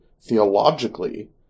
theologically